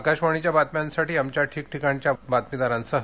आकाशवाणीच्या बातम्यांसाठी आमच्या ठिकठिकाणच्या बातमीदारांसह